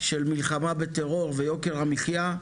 של מלחמה בטרור ויוקר המחיה,